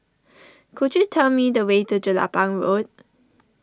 could you tell me the way to Jelapang Road